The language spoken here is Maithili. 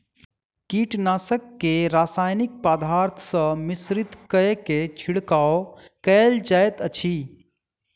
कीटनाशक के रासायनिक पदार्थ सॅ मिश्रित कय के छिड़काव कयल जाइत अछि